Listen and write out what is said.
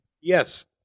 Yes